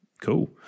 cool